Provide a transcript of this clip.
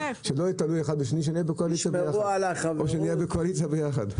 תלוי אחד בשני, שנהיה בקואליציה יחד.